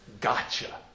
gotcha